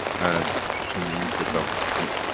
and to me the dog is clean.